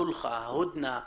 הסולחה וההודנא,